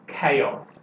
chaos